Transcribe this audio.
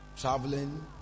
traveling